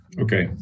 okay